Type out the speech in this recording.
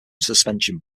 suspension